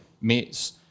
mates